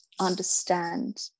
understand